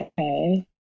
Okay